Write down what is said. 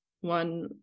one